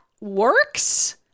works